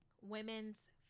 women's